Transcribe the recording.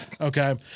Okay